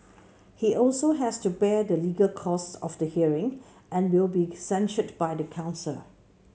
he also has to bear the legal costs of the hearing and will be censured by the council